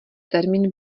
termín